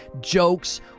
jokes